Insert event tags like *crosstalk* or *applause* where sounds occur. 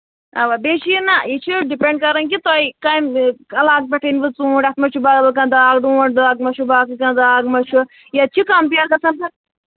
اَوا بیٚیہِ چھُ یہِ نہ یہِ چھُ ڈِپٮ۪نٛڈ کران کہِ تۄہہِ کَمہِ علاقہٕ پٮ۪ٹھ أنۍوٕ ژوٗنٹھۍ اَتھ مہ چھُ بدل کانٛہہ داگ ڈونٛٹھ داگ مہ چھُ باقٕے کانٛہہ داگ مہ چھُ ییٚتہِ چھِ کانہہ کَمپِیَر *unintelligible*